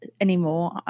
anymore